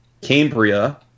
Cambria